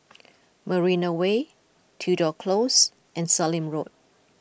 Marina Way Tudor Close and Sallim Road